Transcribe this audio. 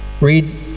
read